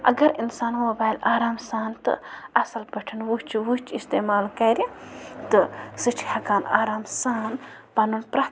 اَگر اِنسان موبایِل آرام سان تہٕ اَصٕل پٲٹھۍ وٕچھ وٕچھ اِستعمال کَرِ تہٕ سُہ چھِ ہٮ۪کان آرام سان پَنُن پرٛٮ۪تھ